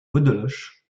beaudeloche